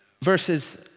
verses